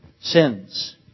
sins